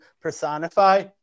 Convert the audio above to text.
personify